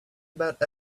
about